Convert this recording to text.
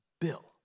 Bill